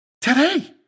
Today